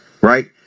right